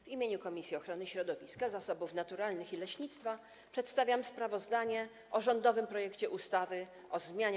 W imieniu Komisji Ochrony Środowiska, Zasobów Naturalnych i Leśnictwa przedstawiam sprawozdanie o rządowym projekcie ustawy o zmianie